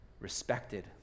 respected